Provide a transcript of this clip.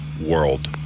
world